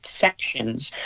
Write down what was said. sections